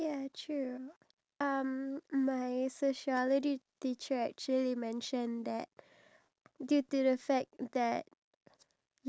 people face to face and if you can't do that then when it comes to group works group projects then you wouldn't be able to know how to c~ contribute